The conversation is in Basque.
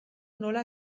nola